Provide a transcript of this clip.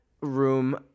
room